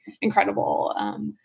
incredible